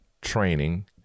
training